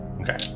Okay